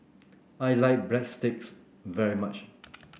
I like Breadsticks very much